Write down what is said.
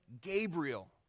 Gabriel